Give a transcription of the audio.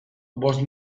bost